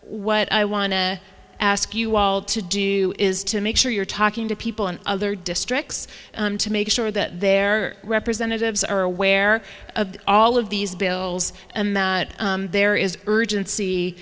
what i want to ask you all to do is to make sure you're talking to people in other districts to make sure that their representatives are aware of all of these bills and that there is